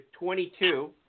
22